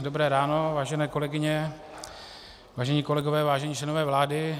Dobré ráno, vážené kolegyně, vážení kolegové, vážení členové vlády.